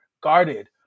guarded